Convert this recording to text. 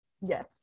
yes